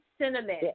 cinnamon